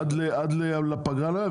עד הפגרה לא יביאו את זה,